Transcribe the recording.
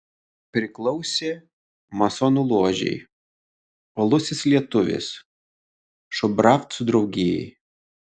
priklausė masonų ložei uolusis lietuvis šubravcų draugijai